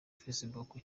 facebook